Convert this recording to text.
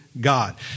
God